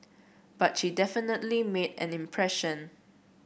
but she definitely made an impression